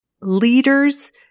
leaders